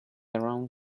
around